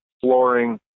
flooring